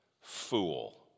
fool